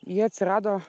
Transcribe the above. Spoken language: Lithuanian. jie atsirado